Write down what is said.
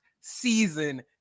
season